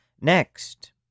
Next